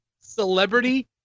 Celebrity